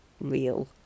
real